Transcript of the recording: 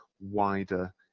wider